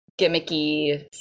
gimmicky